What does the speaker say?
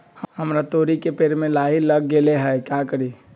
हमरा तोरी के पेड़ में लाही लग गेल है का करी?